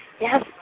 yes